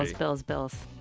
bills, bills,